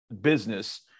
business